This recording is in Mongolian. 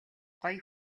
гоё